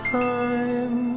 time